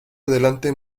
adelante